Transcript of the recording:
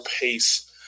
pace